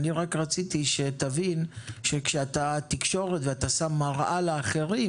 אני רק רציתי שתבין שכאתה תקשורת ואתה שם מראה לאחרים,